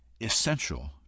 essential